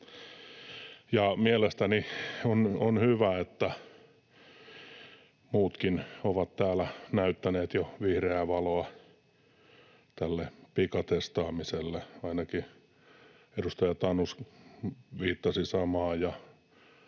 Mielestäni on hyvä, että muutkin ovat täällä näyttäneet jo vihreää valoa tälle pikatestaamiselle, ainakin edustaja Tanus viittasi samaan